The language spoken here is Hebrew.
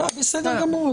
בסדר גמור.